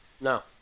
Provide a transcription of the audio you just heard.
No